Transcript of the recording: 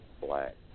black